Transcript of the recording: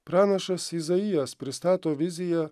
pranašas izaijas pristato viziją